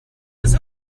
was